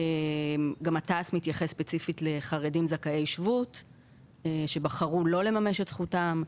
גם התע"ס מתייחס ספציפית לחרדים זכאי שבות שבחרו לא לממש את זכותם.